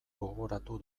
gogoratu